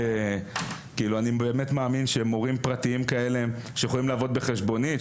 אני באמת מאמין שמורים פרטיים כאלה יכולים לעבוד בחשבונית,